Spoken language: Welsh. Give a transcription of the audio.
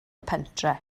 pentre